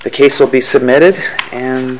the case will be submitted and